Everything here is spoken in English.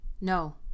No